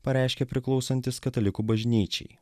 pareiškė priklausantys katalikų bažnyčiai